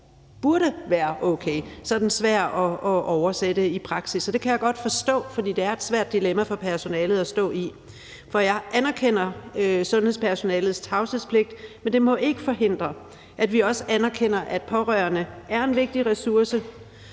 burde være okay. Den er svær at omsætte i praksis, og det kan jeg godt forstå, for det er et svært dilemma for personalet at stå i. For jeg anerkender sundhedspersonalets tavshedspligt, men det må ikke forhindre, at vi også anerkender, at pårørende er en vigtig ressource.